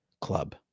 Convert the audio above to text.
Club